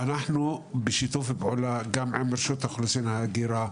אנחנו בשיתוף גם עם רשות האוכלוסין והעבודה,